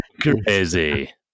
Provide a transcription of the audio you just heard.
crazy